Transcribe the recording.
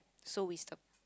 so wisdom